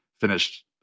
finished